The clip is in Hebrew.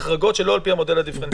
החרגות שלא על פי המודל הדיפרנציאלי.